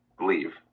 leave